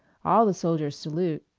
all the soldiers salute.